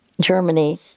Germany